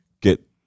get